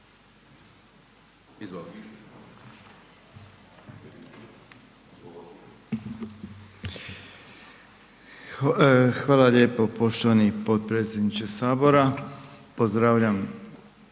Hvala lijepa poštovani potpredsjedniče Hrvatskog sabora.